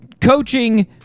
coaching